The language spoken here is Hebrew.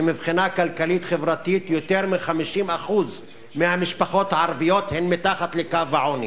ומבחינה כלכלית-חברתית יותר מ-50% מהמשפחות הערביות הן מתחת לקו העוני.